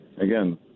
again